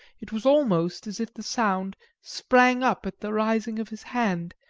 it was almost as if the sound sprang up at the rising of his hand,